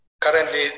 Currently